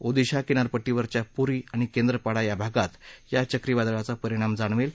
ओदिशा किनारपट्टीवरच्या पुरी आणि केंद्रापाडा या भागात या चक्रीवादळाचा परिणाम जाणवेल